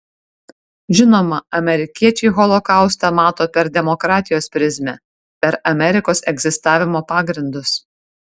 žinoma amerikiečiai holokaustą mato per demokratijos prizmę per amerikos egzistavimo pagrindus